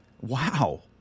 Wow